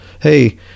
hey